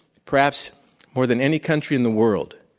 perhaps more than any country in the world,